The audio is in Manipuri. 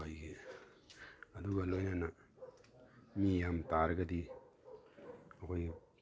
ꯑꯩꯈꯣꯏꯒꯤ ꯑꯗꯨꯒ ꯂꯣꯏꯅꯅ ꯃꯤ ꯌꯥꯝ ꯇꯥꯔꯒꯗꯤ ꯑꯩꯈꯣꯏꯒꯤ